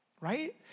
right